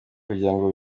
kugirango